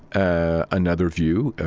ah another view,